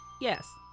Yes